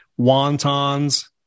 Wontons